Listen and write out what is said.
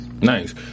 Nice